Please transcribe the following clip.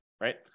right